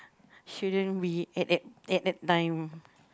shouldn't be at at at that time